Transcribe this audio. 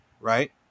right